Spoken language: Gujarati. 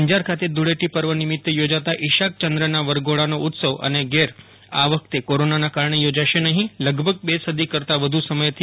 અંજાર ખાતે ધૂળેટી પર્વ નિમિત્તે યોજાતા ઇશાક ચંદ્રના વરઘોડાનો ઉત્સવ દ રમ્યાન અને ઘેર આ વખતે કોરોનાના કારણે યોજાશે નહિ લગભગ બે સદી કરતા વધુ સમયથી